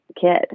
kid